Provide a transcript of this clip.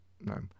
no